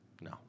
No